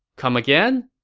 come again?